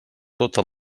tota